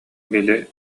били